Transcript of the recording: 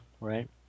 right